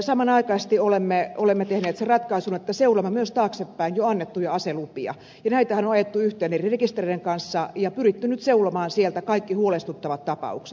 samanaikaisesti olemme tehneet sen ratkaisun että seulomme myös taaksepäin jo annettuja aselupia näitähän on ajettu yhteen eri rekistereiden kanssa ja on pyritty nyt seulomaan sieltä kaikki huolestuttavat tapaukset